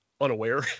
unaware